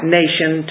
nation